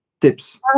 tips